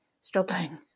struggling